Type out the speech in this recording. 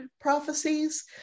prophecies